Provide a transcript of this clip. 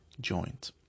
joint